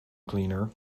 cleaner